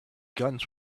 guns